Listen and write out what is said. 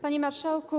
Panie Marszałku!